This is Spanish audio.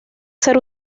ser